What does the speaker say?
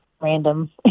random